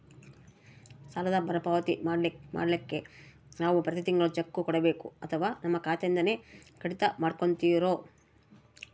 ಸಾಲದ ಮರುಪಾವತಿ ಮಾಡ್ಲಿಕ್ಕೆ ನಾವು ಪ್ರತಿ ತಿಂಗಳು ಚೆಕ್ಕು ಕೊಡಬೇಕೋ ಅಥವಾ ನಮ್ಮ ಖಾತೆಯಿಂದನೆ ಕಡಿತ ಮಾಡ್ಕೊತಿರೋ?